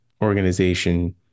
organization